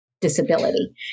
disability